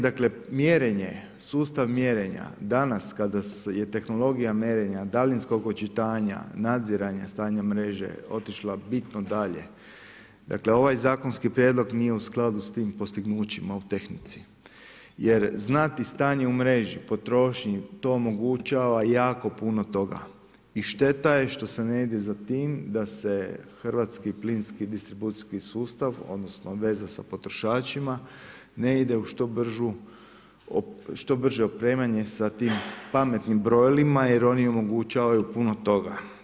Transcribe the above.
Dakle mjerenje, sustav mjerenja danas kada je tehnologija mjerenja daljinskog očitanja, nadziranja stanja mreže otišla bitno dalje, ovaj zakonski prijedlog nije u skladu s tim postignućima u tehnici jer znati stanje u mreži, potrošnji, to omogućava jako puno toga i šteta je što se ne ide za tim da se hrvatski plinski distribucijski sustav odnosno veza sa potrošačima, ne ide u što brže opremanje sa tim pametnim brojilima jer oni omogućavaju puno toga.